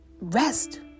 rest